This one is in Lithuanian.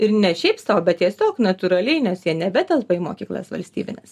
ir ne šiaip sau bet tiesiog natūraliai nes jie nebetelpa į mokyklas valstybines